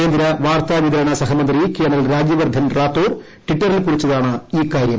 കേന്ദ്ര വാർത്താ വിതരണ സഹമന്ത്രി കേണൽ രാജ്യ വർദ്ധൻ റാത്തോർ ട്വിറ്ററിൽ കുറിച്ചതാണീ വിവരം